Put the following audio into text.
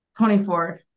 24